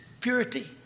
purity